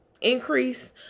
increase